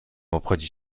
obchodzić